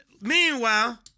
Meanwhile